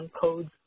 codes